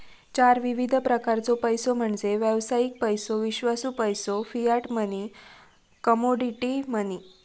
चार विविध प्रकारचो पैसो म्हणजे व्यावसायिक पैसो, विश्वासू पैसो, फियाट मनी, कमोडिटी मनी